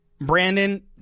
Brandon